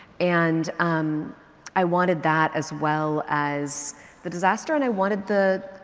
and um i wanted that as well as the disaster and i wanted the,